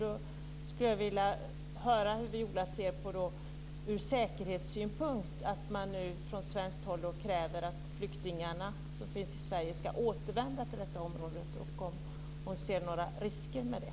Jag skulle vilja höra hur Viola ur säkerhetssynpunkt ser på att man nu från svenskt håll kräver att de flyktingar som finns i Sverige ska återvända till detta område. Ser hon några risker med det?